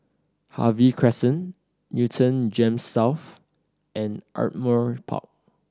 Harvey Crescent Newton GEMS South and Ardmore Park